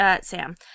Sam